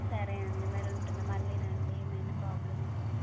సరే అండి మరి ఉంటున్న మళ్ళీ రండి ఏమైనా ప్రాబ్లమ్ ఉంటే